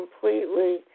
completely